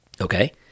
Okay